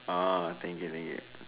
ah thank you thank you